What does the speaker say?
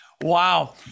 wow